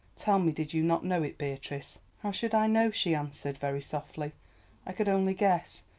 tell me, did you not know it, beatrice? how should i know? she answered very softly i could only guess,